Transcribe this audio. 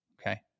Okay